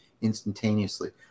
instantaneously